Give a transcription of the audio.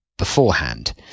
beforehand